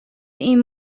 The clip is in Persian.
این